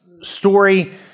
story